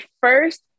first